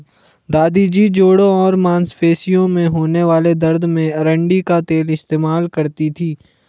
दादी जी जोड़ों और मांसपेशियों में होने वाले दर्द में अरंडी का तेल इस्तेमाल करती थीं